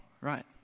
right